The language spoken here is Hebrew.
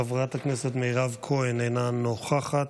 חברת הכנסת מירב כהן, אינה נוכחת,